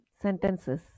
sentences